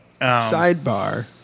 sidebar